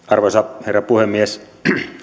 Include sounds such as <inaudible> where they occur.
<unintelligible> arvoisa herra puhemies